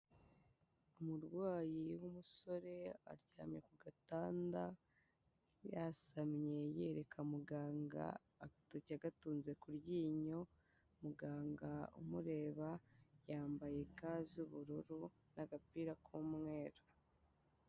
Umurwayi w'umusore aryamye ku gatanda yasamye yereka muganga agatoki gatunze kuryinyo, muganga umureba yambaye ga z'ubururu n'agapira k'umweru.